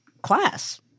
class